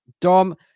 Dom